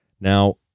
Now